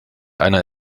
einer